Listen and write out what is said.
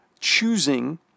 choosing